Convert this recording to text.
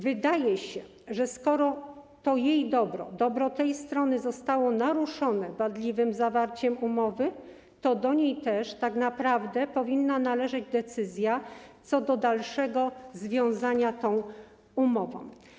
Wydaje się, że skoro to dobro tej strony zostało naruszone wadliwym zawarciem umowy, to do niej też tak naprawdę powinna należeć decyzja co do dalszego związania tą umową.